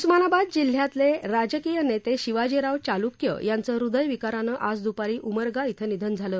उस्मानाबाद जिल्ह्यातले राजकीय नेते शिवाजीराव चाल्क्य यांचं हृदयविकारानं आज द्रपारी उमरगा इथं निधन झालं